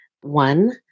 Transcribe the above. One